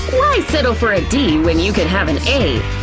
why settle for a d when you can have an a?